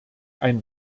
ein